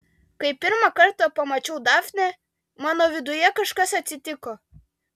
kai pirmą kartą pamačiau dafnę mano viduje kažkas atsitiko